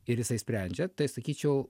ir jisai sprendžia tai aš sakyčiau